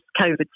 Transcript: COVID